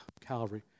Calvary